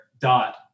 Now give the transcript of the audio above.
dot